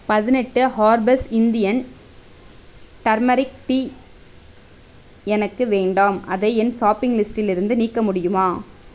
பதினெட்டு herbs Indian turmeric tea எனக்கு வேண்டாம் அதை என் ஷாப்பிங் லிஸ்டிலிருந்து நீக்க முடியுமா